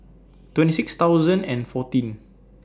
twenty six thousand and fourteen